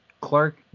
Clark